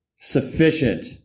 sufficient